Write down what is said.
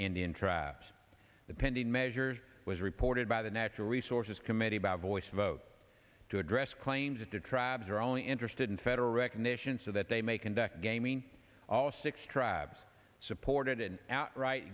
indian tribes the pending measures was reported by the natural resources committee by voice vote to address claims that the tribes are only interested in federal recognition so that they may conduct gaming all six tribes supported an outright